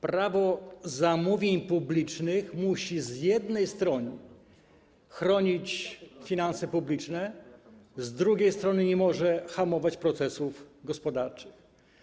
Prawo zamówień publicznych z jednej strony musi chronić finanse publiczne, z drugiej strony nie może hamować procesów gospodarczych.